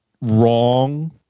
wrong